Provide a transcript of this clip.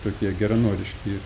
tokie geranoriški